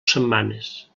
setmanes